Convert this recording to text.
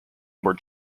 were